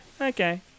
Okay